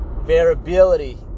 variability